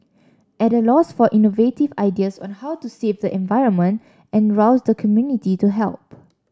at a loss for innovative ideas on how to save the environment and rouse the community to help